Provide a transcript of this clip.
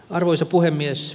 arvoisa puhemies